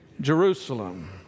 Jerusalem